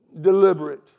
deliberate